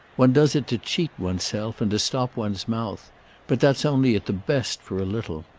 one does it to cheat one's self and to stop one's mouth but that's only at the best for a little.